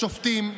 השופטים,